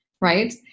right